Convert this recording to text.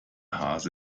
hase